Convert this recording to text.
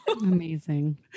amazing